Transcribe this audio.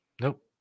Nope